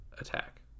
attack